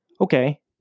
Okay